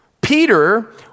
Peter